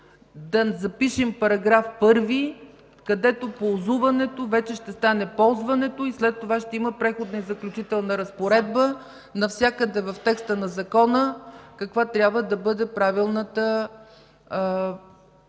да запишем § 1, където „ползуването” вече ще стане „ползването” и след това ще има Преходна и заключителна разпоредба навсякъде в текста на Закона каква трябва да бъде правилната дума